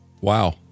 Wow